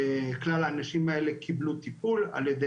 כלל האנשים האלה קיבלו טיפול על ידי